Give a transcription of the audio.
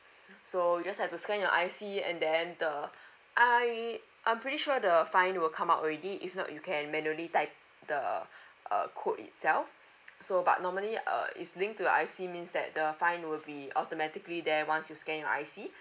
so you just have to scan your I_C and then the I I'm pretty sure the fine will come out already if not you can manually type the err code itself so but normally err it's linked to your I_C means that the fine will be automatically there once you scan your I_C